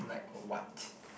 like what